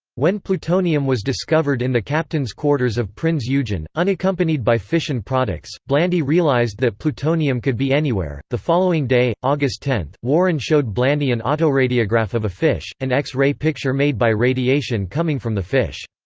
when plutonium was discovered in the captain's quarters of prinz eugen, unaccompanied by fission products, blandy realized that plutonium could be anywhere the following day, august ten, warren showed blandy an autoradiograph of a fish, an x-ray picture made by radiation coming from the fish.